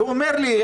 ואומר לי,